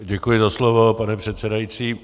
Děkuji za slovo, pane předsedající.